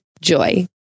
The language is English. Joy